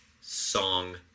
song